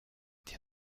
dir